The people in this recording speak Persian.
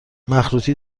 مخروطی